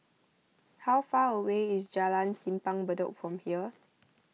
how far away is Jalan Simpang Bedok from here